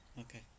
Okay